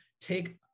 take